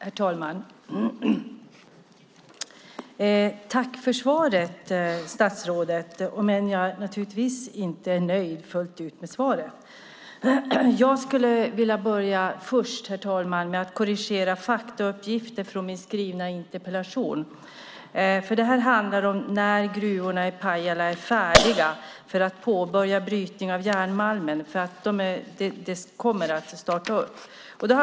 Herr talman! Tack för svaret, statsrådet, även om jag naturligtvis inte är fullt ut nöjd med det. Jag skulle vilja börja med, herr talman, att korrigera faktauppgifter från min skrivna interpellation. Detta handlar om när gruvorna i Pajala är färdiga för att påbörja brytning av järnmalm. Det kommer nämligen att starta upp.